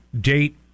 date